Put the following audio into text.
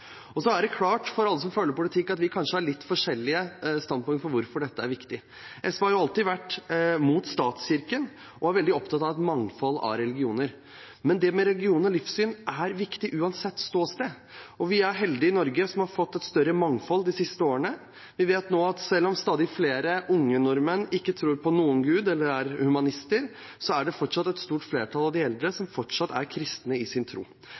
Så er det klart for alle som følger politikken, at vi kanskje har litt forskjellige standpunkter om hvorfor dette er viktig. SV har alltid vært mot statskirken og er veldig opptatt av å ha et mangfold av religioner. Religion og livssyn er viktig, uansett ståsted, og vi i Norge er heldige som har fått et større mangfold de siste årene. Vi vet nå at selv om stadig flere unge nordmenn ikke tror på noen gud, eller er humanister, er det et stort flertall av de eldre som fortsatt har sin kristne tro. Det er viktig at de får et godt tilbud for å ivareta sin tro,